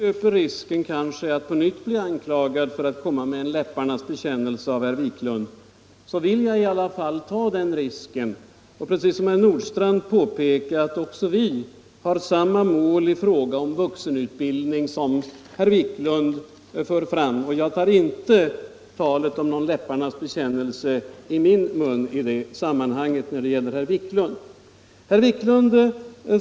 Herr talman! Även om jag kanske löper risken att på nytt bli anklagad av herr Wiklund för att komma med en läpparnas bekännelse, vill jag ta den risken och precis som herr Nordstrandh gjorde påpeka att också vi har samma mål i fråga om vuxenutbildningen som herr Wiklund förordar. Jag tar inte talet om läpparnas bekännelse i min mun när det gäller herr Wiklund i det sammanhanget.